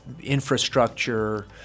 infrastructure